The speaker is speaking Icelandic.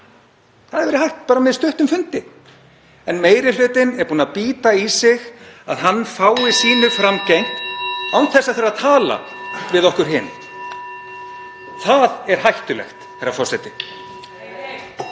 Það hefði verið hægt bara með stuttum fundi en meiri hlutinn er búinn að bíta í sig að hann fái sínu framgengt (Forseti hringir.) án þess að þurfa að tala við okkur hin. Það er hættulegt, herra forseti.